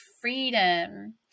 freedom